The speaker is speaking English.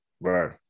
Right